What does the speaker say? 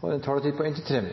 har en taletid på inntil